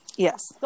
Yes